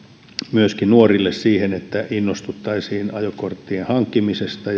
myöskin nuorille siihen että innostuttaisiin ajokorttien hankkimisesta